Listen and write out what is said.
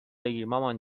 بگیرمامان